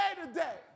today